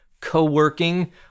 co-working